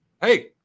Hey